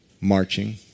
Marching